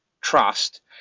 trust